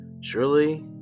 Surely